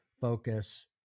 focus